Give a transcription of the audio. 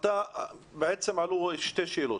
בעצם עלו שתי שאלות.